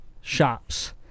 shops